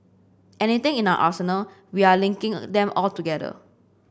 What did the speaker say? anything in our arsenal we're linking them all together